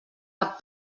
cap